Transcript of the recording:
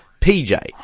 PJ